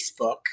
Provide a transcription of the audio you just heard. Facebook